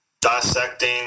dissecting